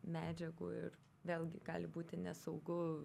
medžiagų ir vėlgi gali būti nesaugu